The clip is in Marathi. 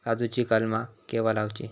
काजुची कलमा केव्हा लावची?